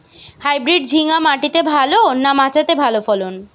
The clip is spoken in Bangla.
হাইব্রিড ঝিঙ্গা মাটিতে ভালো না মাচাতে ভালো ফলন?